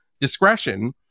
discretion